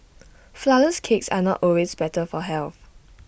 Flourless Cakes are not always better for health